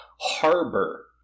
Harbor